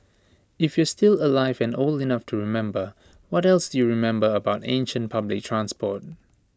if you're still alive and old enough to remember what else do you remember about ancient public transport